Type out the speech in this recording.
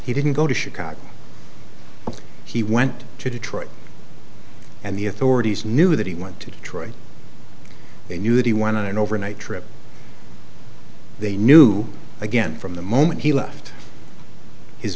he didn't go to chicago he went to detroit and the authorities knew that he went to detroit they knew that he went on an overnight trip they knew again from the moment he left his